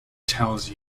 tells